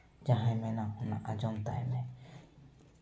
ᱡᱟᱦᱟᱸᱭ ᱢᱮᱱᱟ ᱚᱱᱟᱭ ᱟᱸᱡᱚᱢ ᱛᱟᱭ ᱢᱮ